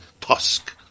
tusk